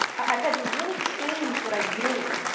i've had to really change what i do